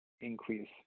increase